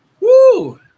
Woo